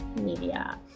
media